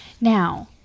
Now